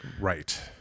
Right